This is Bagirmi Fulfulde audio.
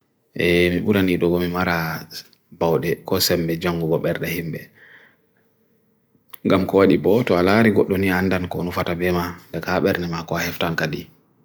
E mi budan ni do gami mara bawde kose me jyongu bo ber rahimbe, gam kwa di bo to alari gok dunia andan konu fatabbe ma, daka ber nema kwa heftan kadi.